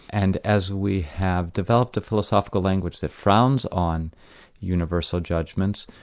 and as we have developed a philosophical language that frowns on universal judgments,